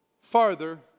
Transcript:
farther